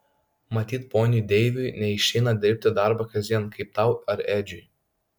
matyt ponui deiviui neišeina dirbti darbą kasdien kaip tau ar edžiui